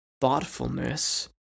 thoughtfulness